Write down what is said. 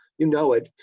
you know it.